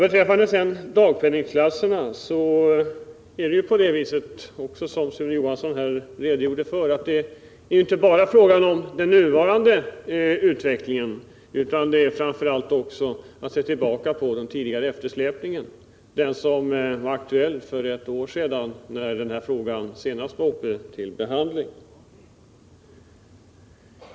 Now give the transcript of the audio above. Beträffande dagpenningklasserna är det, vilket Sune Johansson redogjorde för, inte bara fråga om den nuvarande utvecklingen utan framför allt den tidigare eftersläpningen, som var aktuell för ett år sedan, när frågan senast var uppe till behandling.